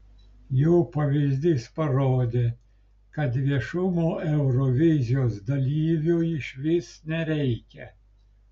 jų pavyzdys parodė kad viešumo eurovizijos dalyviui išvis nereikia